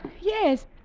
yes